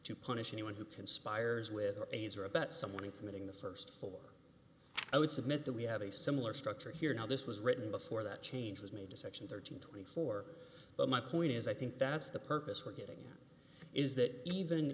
to punish anyone who conspires with aides or about someone committing the first four i would submit that we have a similar structure here now this was written before that change was made to section thirteen twenty four but my point is i think that's the purpose we're getting here is that even